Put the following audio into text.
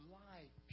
life